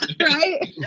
Right